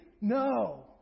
No